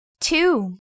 two